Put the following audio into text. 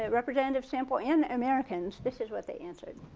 ah representative sample, and americans, this is what they answered.